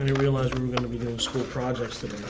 realize we were gonna be doing school projects today.